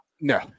No